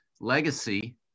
Legacy